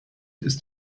ist